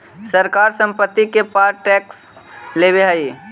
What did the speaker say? सरकार संपत्ति के पर टैक्स लेवऽ हई